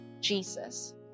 Jesus